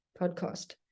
podcast